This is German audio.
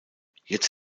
jetzt